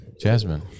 Jasmine